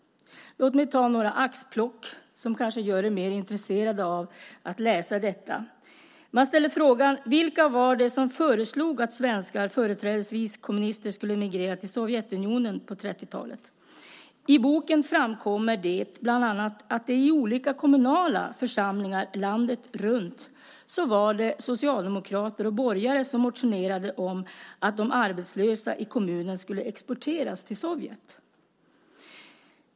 Låt mig ta några axplock som kanske gör er mer intresserade av att läsa den. I boken ställs frågan: Vilka var det som föreslog att svenskar, företrädesvis kommunister, skulle emigrera till Sovjetunionen på 1930-talet? I boken framkommer det bland annat att det i olika kommunala församlingar landet runt var socialdemokrater och borgare som motionerade om att de arbetslösa i kommunen skulle exporteras till Sovjet.